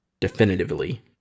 definitively